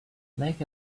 like